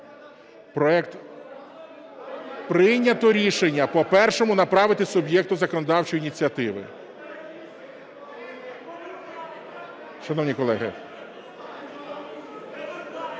залі) Прийнято рішення по першому – направити суб'єкту законодавчої ініціативи.